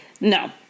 No